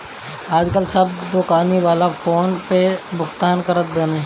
आजकाल सब दोकानी वाला फ़ोन पे से भुगतान करत बाने